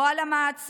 לא על המעצר,